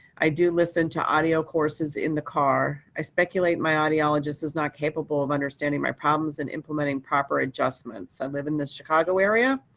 i do listen to audio courses in the car. i speculate my audiologist is not capable of understanding my problems and implementing proper adjustments. i live in the chicago area.